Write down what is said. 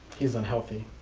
he's unhealthy.